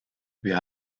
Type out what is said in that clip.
wir